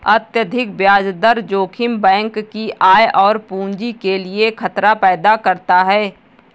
अत्यधिक ब्याज दर जोखिम बैंक की आय और पूंजी के लिए खतरा पैदा करता है